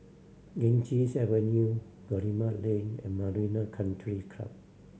Ganges Avenue Guillemard Lane and Marina Country Club